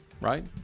right